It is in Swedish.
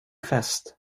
fest